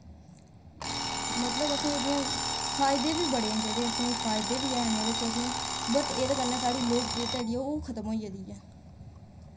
मतलब असें एह्दियां फायदे बी बड़े न जेह्ड़े असेंगी फायदे बी हैन एह्दे च असेंगी बट एह्दे कन्नै साढ़ी लोकप्रियता जेह्ड़ी ऐ ओह् खतम होई गेदी ऐ